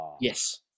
Yes